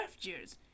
years